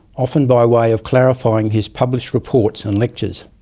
often by way of clarifying his published reports and lectures.